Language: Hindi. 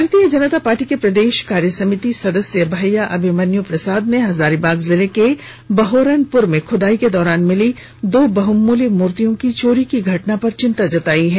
भारतीय जनता पार्टी के प्रदेश कार्य समिति सदस्य भैया अभिमन्यु प्रसाद ने हजारीबाग जिले के बहोरनपुर में खुदाई के दौरान मिली दो बहमुल्य मूर्तियों की चोरी की घटना पर चिंता जताई है